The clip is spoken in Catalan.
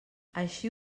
així